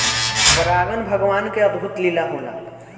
परागन भगवान के अद्भुत लीला होला